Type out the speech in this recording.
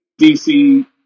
DC